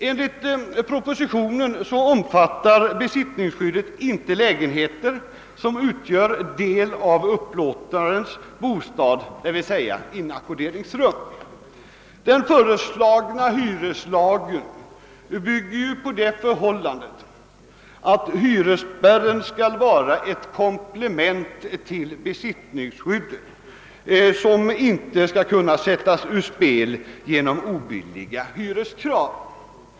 Enligt propositionen omfattar besittningsskyddet inte lägenheter som utgör del av upplåtarens bostad, dit inackorderingsrum hör. Den föreslagna hyreslagen bygger på det förhållandet, att hyresspärren skall vara ett komplement till besittningsskyddet, som inte skall kunna sättas ur spel genom obilliga hyreskrav.